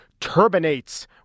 turbinates